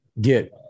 get